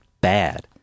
bad